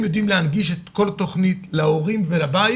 יודעים להנגיש כל תוכנית להורים ולבית